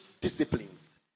disciplines